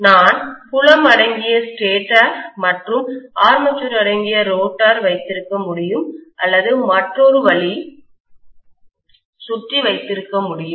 நான் புலம் அடங்கிய ஸ்டேட்டர் மற்றும் ஆர்மேச்சர் அடங்கிய ரோட்டார் வைத்திருக்க முடியும் அல்லது மற்றொரு வழி சுற்றி வைத்திருக்க முடியும்